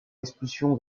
expulsion